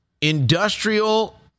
industrial